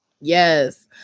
yes